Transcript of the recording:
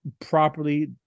properly